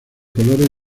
colores